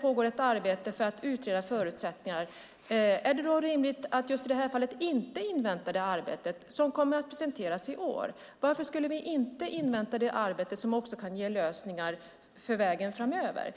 pågår ett arbete för att utreda förutsättningarna, är det då rimligt att just i det här fallet inte invänta det arbete som kommer att presenteras i år? Varför skulle vi inte invänta det arbete som kan ge lösningar för vägen framåt?